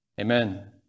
Amen